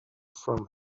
from